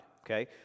Okay